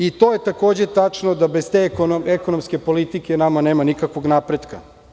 I to je takođe tačno, da bez te ekonomske politike nama nema nikakvog napretka.